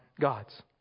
God's